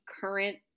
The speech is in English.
current